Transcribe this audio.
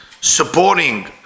supporting